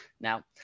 now